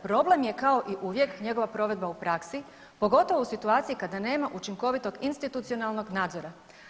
Problem je kao i uvijek njegova provedba u praksi pogotovo u situaciji kada nema učinkovitog institucionalnog nadzora.